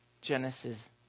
Genesis